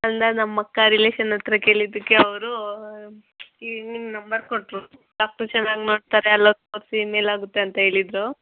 ಅಂದ್ರೆ ನಮ್ಮ ಅಕ್ಕ ರಿಲೇಷನ್ ಹತ್ತಿರ ಕೇಳಿದ್ದಕ್ಕೆ ಅವರು ಈ ನಿಮ್ಮ ನಂಬರ್ ಕೊಟ್ಟರು ಡಾಕ್ಟರ್ ಚೆನ್ನಾಗಿ ನೋಡ್ತಾರೆ ಅಲ್ಲಿ ಹೋಗ್ ತೋರ್ಸಿ ಇನ್ಮೇಲ್ ಆಗುತ್ತೆ ಅಂತ ಹೇಳಿದ್ರು